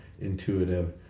intuitive